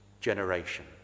generation